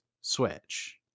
switch